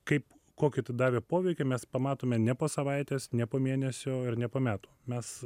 kaip kokį tai davė poveikį mes pamatome ne po savaitės ne po mėnesio ir ne po metų mes